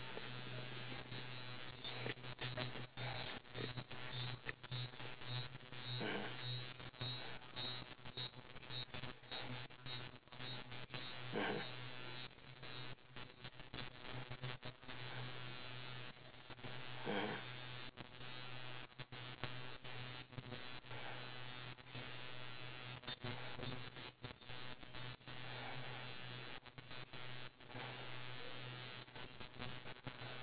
mm mmhmm mmhmm